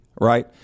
right